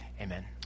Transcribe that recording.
Amen